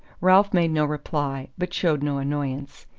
ralph made no reply but showed no annoyance.